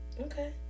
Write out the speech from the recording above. okay